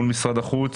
מול משרד החוץ